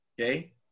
Okay